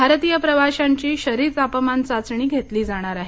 भारतीय प्रवाशांची शरीर तापमान चाचणी घेतली जाणार आहे